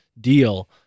deal